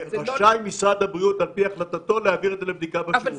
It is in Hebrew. העברה לקו שני היא לא בהכרח ערעור על סירוב.